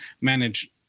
manage